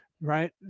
right